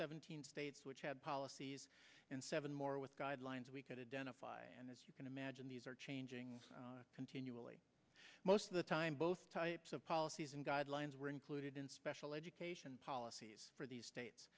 seventeen states which had policies and seven more with guidelines we could identify and as you can imagine these are changing continually most of the time both types of policies and guidelines were included in special education policies for these states